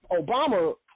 Obama